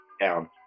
down